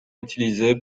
utilisée